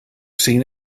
seen